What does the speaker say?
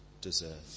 deserve